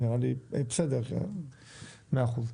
בסדר מאה אחוז.